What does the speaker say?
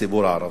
הציבור הערבי.